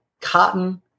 Cotton